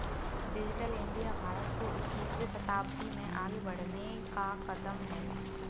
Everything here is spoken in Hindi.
डिजिटल इंडिया भारत को इक्कीसवें शताब्दी में आगे बढ़ने का कदम है